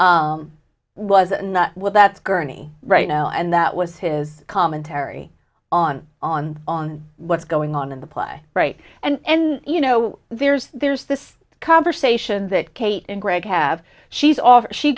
i was not with that gurney right now and that was his commentary on on on what's going on in the play right and you know there's there's this conversation that kate and greg have she's